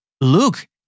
look